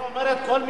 אבל היא אומרת שכל מי,